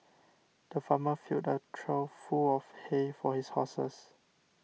the farmer filled a trough full of hay for his horses